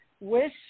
wish